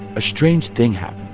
a strange thing happened.